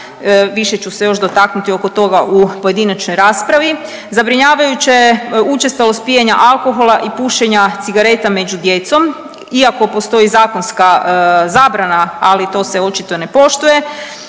Više ću se još dotaknuti oko toga u pojedinačnoj raspravi. Zabrinjavajuće je učestalost pijenja alkohola i pušenja cigareta među djecom iako postoji zakonska zabrana, ali to se očito ne poštuje,